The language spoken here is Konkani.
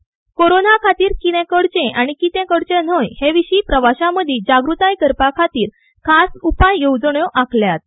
कोरोनाची खबरदारी घेवपा खातीर कितें करचें आनी कितें करचें न्हय हे विशीं प्रवाशांमदी जागृती करपा खातीर खास उपाय येवजण्यो आंखल्यात